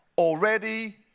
already